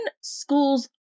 schools